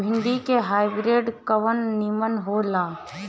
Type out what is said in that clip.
भिन्डी के हाइब्रिड कवन नीमन हो ला?